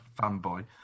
fanboy